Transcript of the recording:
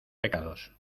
pecados